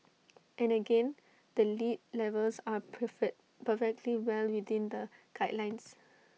and again the lead levels are perfect perfectly well within the guidelines